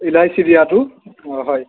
ইলাচি দিয়াটো অ' হয়